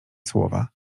słowa